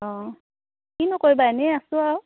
অঁ কিনো কৰিবা এনেই আছোঁ আৰু